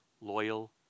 loyal